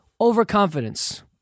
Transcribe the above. Overconfidence